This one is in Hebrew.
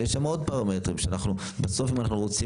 אבל יש שם עוד פרמטרים שאנחנו בסוף אם אנחנו רוצים